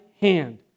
hand